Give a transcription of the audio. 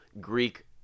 greek